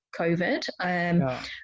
COVID